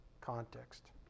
context